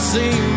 see